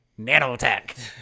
nanotech